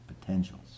potentials